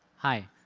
hi,